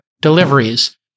deliveries